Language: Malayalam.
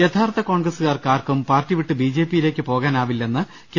യഥാർത്ഥ കോൺഗ്രസുകാർക്ക് ആർക്കും പാർട്ടി വിട്ട് ബി ജെ പിയി ലേക്ക് പോകാനാവില്ലെന്ന് കെ